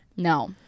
No